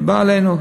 היא באה אלינו,